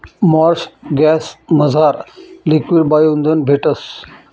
Marsh गॅसमझार liquid bio इंधन भेटस